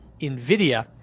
NVIDIA